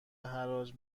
حراج